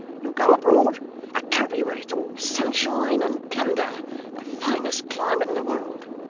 you'll go abroad a country where it's all sunshine and plunder the finest climate in the world